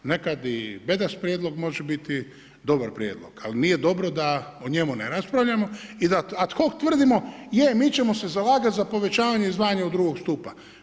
Nekad i bedast prijedlog može biti i dobar prijedlog ali nije dobro da o njemu ne raspravljamo i da ad hoc tvrdimo je, mi ćemo se zalagati za povećanje izdvajanja II. stupa.